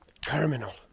terminal